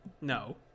No